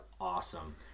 awesome